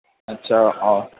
اچھا آ